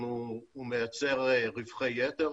הוא מייצר רווחי יתר,